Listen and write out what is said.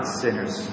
sinners